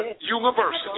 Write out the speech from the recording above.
University